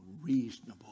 reasonable